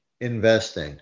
investing